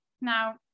now